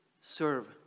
serve